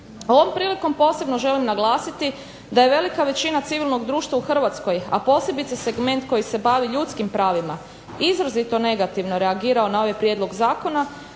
Ovom prilikom posebno želim naglasiti da je velika većina civilnog društva u Hrvatskoj, a posebice segment koji se bavi ljudskim pravima izrazito negativno reagirao na ova prijedlog zakona